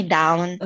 down